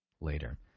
later